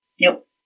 Nope